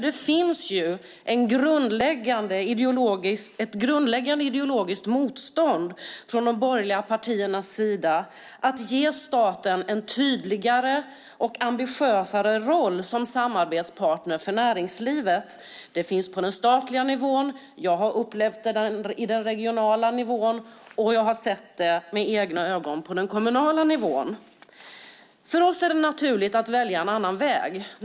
Det finns ett grundläggande ideologiskt motstånd från de borgerliga partiernas sida att ge staten en tydligare och ambitiösare roll som samarbetspartner för näringslivet. Det finns på den statliga nivån, jag har upplevt den på den regionala nivån och med egna ögon sett den på den kommunala nivån. För oss är det naturligt att välja en annan väg.